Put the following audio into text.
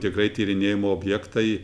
tikrai tyrinėjimo objektai